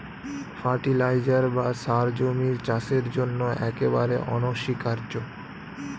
fertiliser বা সার জমির চাষের জন্য একেবারে অনস্বীকার্য